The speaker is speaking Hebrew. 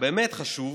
באמת כל כך חשוב,